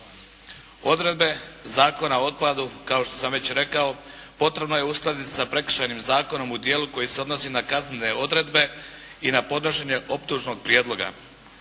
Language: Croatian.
Odredbe Zakona o otpadu, kao što sam već rekao potrebno je uskladiti sa Prekršajnim zakonom u dijelu koji se odnosi na kaznene odredbe i na podnošenje optužnog prijedloga.